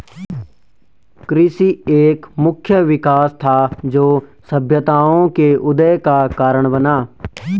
कृषि एक मुख्य विकास था, जो सभ्यताओं के उदय का कारण बना